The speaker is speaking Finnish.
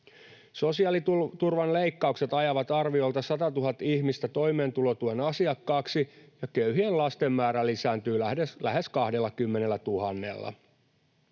Sosiaaliturvan leikkaukset ajavat arviolta 100 000 ihmistä toimeentulotuen asiakkaiksi, ja köyhien lasten määrä lisääntyy lähes 20 000:lla.